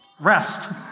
Rest